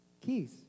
keys